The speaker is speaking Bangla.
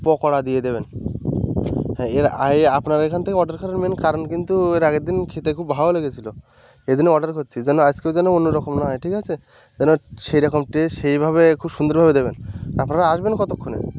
পকোড়া দিয়ে দেবেন হ্যাঁ এর এ আপনার এখান থেকে অর্ডার করার মেন কারণ কিন্তু এর আগের দিন খেতে খুব ভালো লেগেছিল এই জন্য অর্ডার করছি যেন আজকেও যেন অন্য রকম না হয় ঠিক আছে যেন সেই রকম টেস্ট সেইভাবে খুব সুন্দরভাবে দেবেন আপনারা আসবেন কতক্ষণে